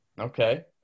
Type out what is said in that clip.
Okay